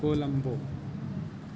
Colombo